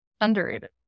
Underrated